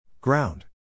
Ground